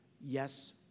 yes